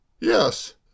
Yes